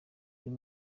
uyu